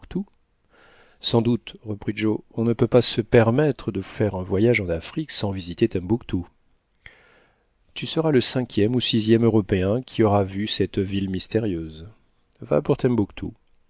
sans doute reprit joe on ne peut pas se permettre de faire un voyage en afrique sans visiter tembouctou tu seras le cinquième ou sixième européen qui aura vu cette ville mystérieuse va pour